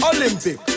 Olympic